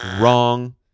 wrong